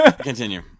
Continue